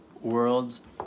worlds